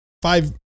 five